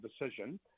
decision